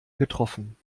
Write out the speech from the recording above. getroffen